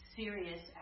serious